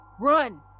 run